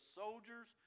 soldiers